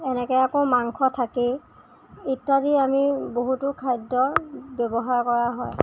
এনেকে আকৌ মাংস থাকেই ইত্যাদি আমি বহুতো খাদ্যৰ ব্যৱহাৰ কৰা হয়